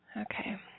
Okay